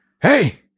Hey